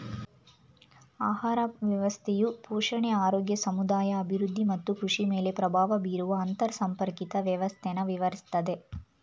ಆಹಾರ ವ್ಯವಸ್ಥೆಯು ಪೋಷಣೆ ಆರೋಗ್ಯ ಸಮುದಾಯ ಅಭಿವೃದ್ಧಿ ಮತ್ತು ಕೃಷಿಮೇಲೆ ಪ್ರಭಾವ ಬೀರುವ ಅಂತರ್ಸಂಪರ್ಕಿತ ವ್ಯವಸ್ಥೆನ ವಿವರಿಸ್ತದೆ